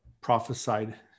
prophesied